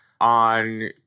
on